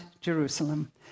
Jerusalem